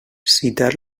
citar